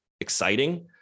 exciting